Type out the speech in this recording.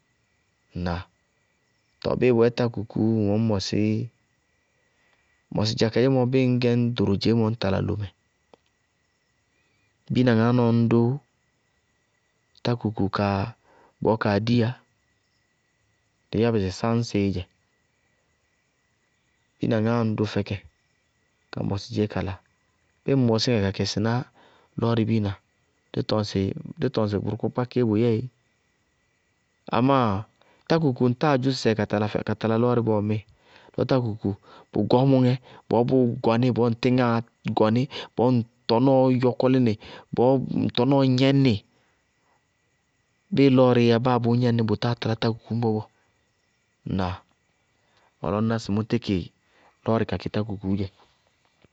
Ŋnáa? Tɔɔ bíɩ bʋyɛ tákukuú ŋñ wɛ ŋñ mɔsɩí, mɔsɩ dza kayémɔ bíɩ ŋñ gɛ ñ ɖoro dzeémɔ ñ tala lomɛ, biina ŋaá ññ dʋ tákuku ka bɔɔ kaa diyá, dɩí yá bɩ sɩ sáñsɩí dzɛ, biina ŋaá ññ dʋ fɛkɛ ka mɔsɩ dzeé kala bíɩ ŋ mɔsí ŋɛ ka kɛsɩná lɔɔrɩ biina, dí tɔŋsɩ bʋrʋkpákpá kpákpáá bʋ yɛ éé, amá tákuku, ŋtáa dzʋ sɩsɛɩ ka tala lɔɔrɩ bɔɔ ŋmɩɩ, lɔ tákuku gɔɔmʋŋɛ bɔɔ bʋʋ gɔ ní bɔɔ ŋ tíŋáa gɔní, bɔɔ ŋtɔnɔɔɔ tɔkɔlí nɩ, bɔɔ ŋ tɔnɔɔɔ gnɛñ nɩ, bɩɩ lɔɔrɩɩyá báa bʋʋ gnɛñ nɩ, bʋ táa talá tákuku ñbɔ bɔɔ. Ŋnáa? Bɔɔ lɔɔ ŋná sɩ mʋ tíkɩ lɔɔrɩ ka kɩ tákukuú dzɛ.